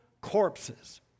corpses